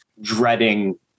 dreading